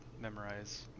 memorize